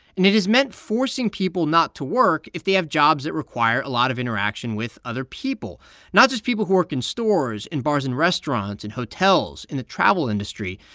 and it has meant forcing people not to work if they have jobs that require a lot of interaction with other people not just people who work in stores, in bars and restaurants, in hotels, in the travel industry,